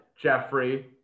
Jeffrey